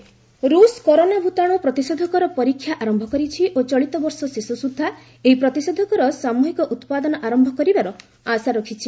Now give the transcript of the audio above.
Russia vaccines ରୁଷ୍ corona ଭୂତାଣୁ ପ୍ରତିଷେଧକର ପରୀକ୍ଷା ଆରମ୍ଭ କରିଛି ଓ ଚଳିତ ବର୍ଷ ଶେଷ ସୁଦ୍ଧା ଏହି ପ୍ରତିଷେଧକର ସାମ୍ଭିହିକ ଉତ୍ପାଦନ ଆରମ୍ଭ କରିବାର ଆଶା ରଖିଛି